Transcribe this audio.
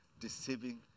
deceiving